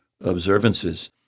observances